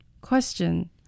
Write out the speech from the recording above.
Question